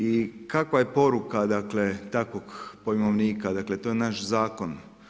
I kakva je poruka, dakle, takvog pojmovnika, dakle to je naš zakon.